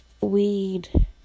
weed